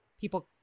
people